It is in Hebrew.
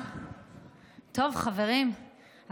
חברים,